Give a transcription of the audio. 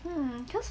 !hais! this